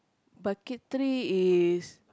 bucket tree is